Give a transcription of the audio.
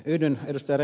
yhdyn ed